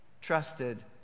trusted